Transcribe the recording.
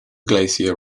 glacier